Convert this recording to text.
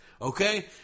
okay